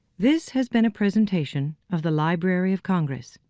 this has been a presentation of the library of congress.